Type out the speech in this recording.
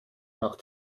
nach